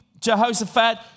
Jehoshaphat